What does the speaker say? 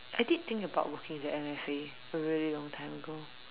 I did think about working in the N_F_A a really long time ago